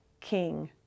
king